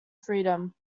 freedom